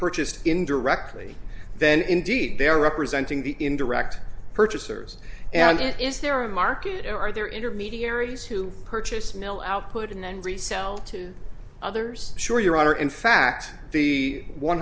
purchased indirectly then indeed they are representing the indirect purchasers and it is their own market or are there intermediaries who purchase mill output and then resell to others sure your honor in fact the one